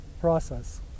process